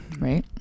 Right